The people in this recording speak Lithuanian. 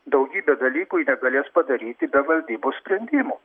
daugybę dalykų ji negalės padaryti be valdybos sprendimo